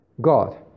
God